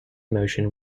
motion